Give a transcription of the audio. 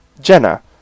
Jenna